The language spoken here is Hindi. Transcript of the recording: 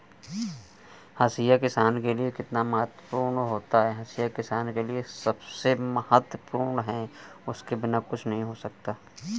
हाशिया किसान के लिए कितना महत्वपूर्ण होता है?